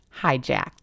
hijacked